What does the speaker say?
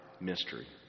mystery